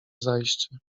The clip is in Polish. zajście